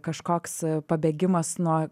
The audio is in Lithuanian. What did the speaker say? kažkoks pabėgimas nuo